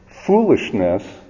foolishness